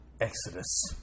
exodus